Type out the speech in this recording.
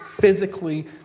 physically